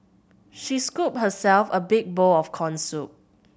she scooped herself a big bowl of corn soup